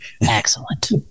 Excellent